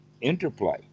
interplay